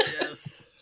Yes